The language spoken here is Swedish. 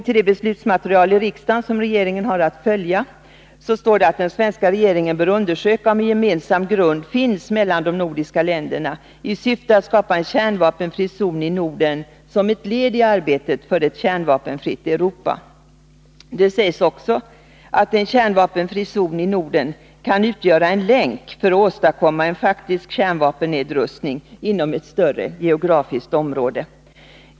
I det beslut i riksdagen som regeringen har att följa står det att den svenska regeringen bör undersöka om en gemensam grund finns mellan de nordiska länderna i syfte att skapa en kärnvapenfri zon i Norden som ett led i arbetet för ett kärnvapenfritt Europa. Det sägs också att en kärnvapenfri zon i Norden kan utgöra en länk för att åstadkomma en faktisk kärnvapennedrustning inom ett större geografiskt område.